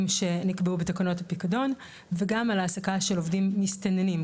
שנקבעו בתקנות הפיקדון וגם על העסקה של עובדים מסתננים,